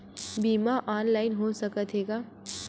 बीमा ऑनलाइन हो सकत हे का?